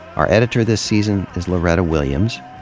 our editor this season is loretta williams.